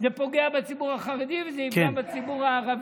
זה פוגע בציבור החרדי וזה יפגע בציבור הערבי.